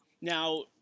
Now